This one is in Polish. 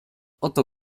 oto